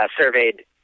surveyed